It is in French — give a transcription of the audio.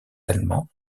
allemands